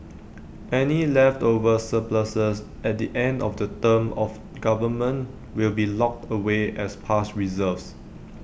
any leftover surpluses at the end of the term of government will be locked away as past reserves